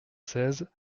seize